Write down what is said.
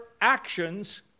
actions